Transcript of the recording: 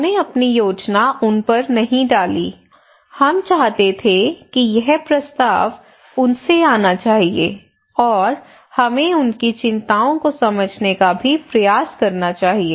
हमने अपनी योजना उन पर नहीं डाली हम चाहते थे कि यह प्रस्ताव उनसे आना चाहिए और हमें उनकी चिंताओं को समझने का भी प्रयास करना चाहिए